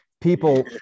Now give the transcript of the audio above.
people